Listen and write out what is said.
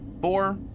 Four